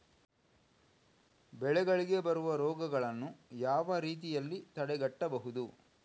ಬೆಳೆಗಳಿಗೆ ಬರುವ ರೋಗಗಳನ್ನು ಯಾವ ರೀತಿಯಲ್ಲಿ ತಡೆಗಟ್ಟಬಹುದು?